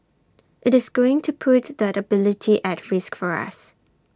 IT is going to put that ability at risk for us